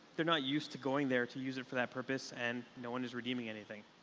they're not used to going there to use it for that purpose and no one is redeeming anything.